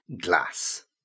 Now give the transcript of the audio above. glass